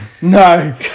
no